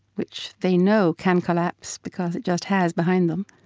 which they know can collapse because it just has behind them,